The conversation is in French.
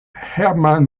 herman